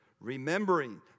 remembering